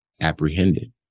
apprehended